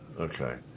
okay